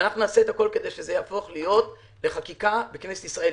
נעשה הכול כדי שזה יהפוך להיות חקיקה בכנסת ישראל.